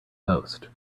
post